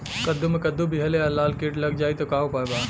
कद्दू मे कद्दू विहल या लाल कीट लग जाइ त का उपाय बा?